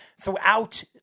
throughout